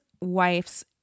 wife's